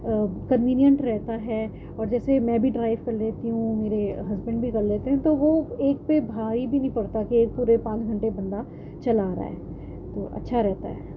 convenient رہتا ہے اور جیسے میں بھی ڈرائیو کر لیتی ہوں میرے ہسبینڈ بھی کر لیتے ہیں تو وہ ایک پہ بھاری بھی نہیں پڑتا کہ ایک پورے پانچ گھنٹے بندہ چلا رہا ہے تو اچھا رہتا ہے